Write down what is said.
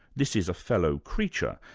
this is a fellow creature,